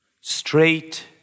straight